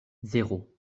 zéro